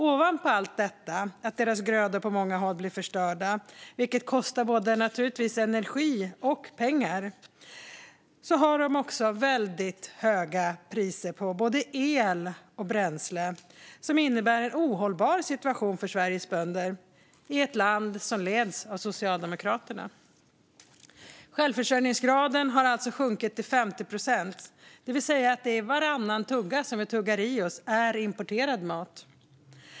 Ovanpå allt detta - att deras grödor på många håll blir förstörda, vilket naturligtvis kostar både energi och pengar - har de också väldigt höga priser på både el och bränsle, vilket innebär en ohållbar situation för bönderna i Sverige, ett land som leds av Socialdemokraterna. Självförsörjningsgraden har alltså sjunkit till 50 procent. Varannan tugga som vi tuggar i oss är alltså importerad mat.